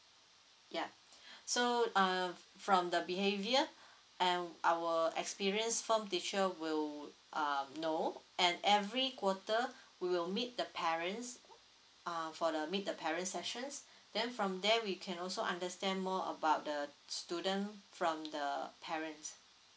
yup so uh from the behavior and our experienced form teacher will uh know and every quarter we will meet the parents uh for the meet the parent sessions then from there we can also understand more about the student from the parents